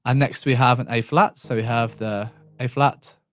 um next we have an a flat, so we have the a flat,